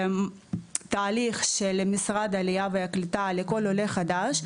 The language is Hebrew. שתהליך של משרד העלייה והקליטה לכל עולה חדש,